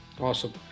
Awesome